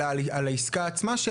אלא על העסקה עצמה.